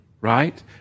right